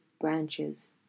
branches—